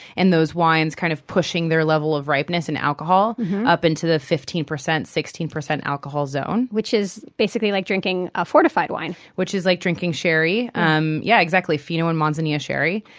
and those wines kind of pushing their level of ripeness in alcohol up into the fifteen percent, sixteen percent alcohol zone which is basically like drinking a fortified wine which is like drinking sherry, um yeah, exactly. fino and manzanilla sherry.